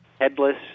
headless